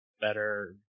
better